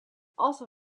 also